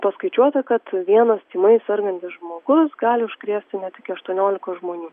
paskaičiuota kad vienas tymais sergantis žmogus gali užkrėsti net iki aštuoniolikos žmonių